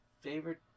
Favorite